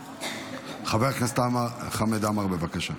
חבר הכנסת חמד עמאר, בבקשה.